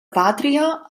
pàtria